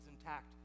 intact